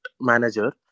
manager